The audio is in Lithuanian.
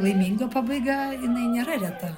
laiminga pabaiga jinai nėra reta